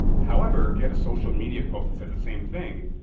however, if you had a social media post that says the same thing,